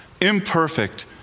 imperfect